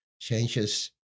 Changes